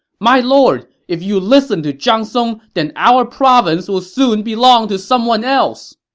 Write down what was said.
my lord! if you listen to zhang song, then our province will soon belong to someone else!